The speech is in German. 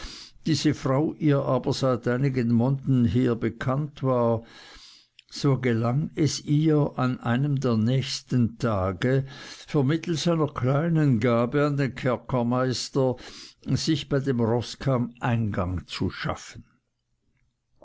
diese frau ihr aber seit einigen monden her bekannt war so gelang es ihr an einem der nächsten tage vermittelst einer kleinen gabe an den kerkermeister sich bei dem roßkamm eingang zu verschaffen